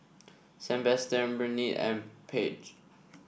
Sebastian Burnett and Paige